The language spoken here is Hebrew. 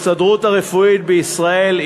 ההסתדרות הרפואית בישראל,